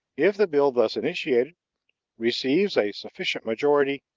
if the bill thus initiated receives a sufficient majority,